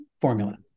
formula